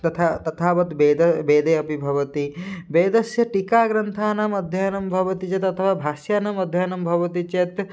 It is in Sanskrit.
तथा तथावद् वेदाः वेदे अपि भवति वेदस्य टीकाग्रन्थानामध्ययनं भवति चेत् अथवा भास्यानामध्ययनं भवति चेत्